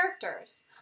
characters